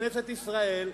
לכנסת ישראל,